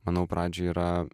manau pradžioj yra